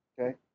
okay